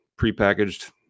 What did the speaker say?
prepackaged